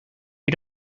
you